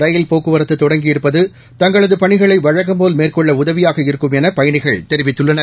ரயில் போக்குவரத்து தொடங்கியிருப்பது தங்களது பணிகளை வழக்கம்போல் மேற்கொள்ள உதவியாக இருக்கும் என பயணிகள் தெரிவித்துள்ளனர்